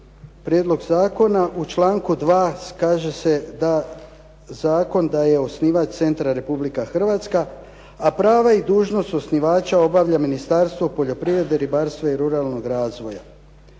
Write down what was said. prijedlog zakona u članku 2. kaže se da zakon, da je osnivač centra Republika Hrvatska, a prava i dužnost osnivača obavlja Ministarstvo poljoprivrede, ribarstva i ruralnog razvoja.